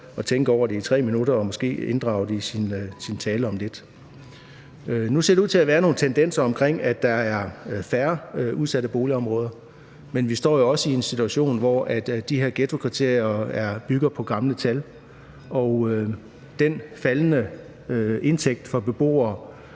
at tænke over det i 3 minutter og måske inddrage det i sin tale om lidt. Nu ser der ud til at være nogle tendenser til, at der er færre udsatte boligområder, men vi står jo også i en situation, hvor listerne over de her ghettokvarterer bygger på gamle tal. Tallene for beboernes